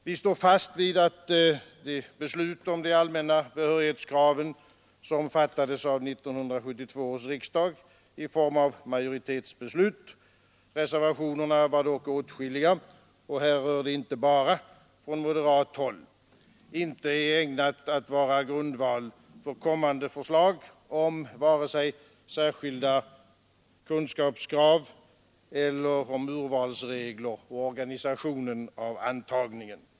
Vi står fast vid att det beslut om de allmänna behörighetskraven som fattades av 1972 års riksdag i form av majoritetsbeslut — reservationerna var åtskilliga och härrörde inte bara från moderat håll — inte är ägnat att vara grundval för kommande förslag vare sig om särskilda förkunskapskrav eller om urvalsregler och organisationen av antagningen.